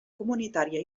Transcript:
comunitària